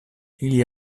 ili